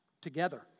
together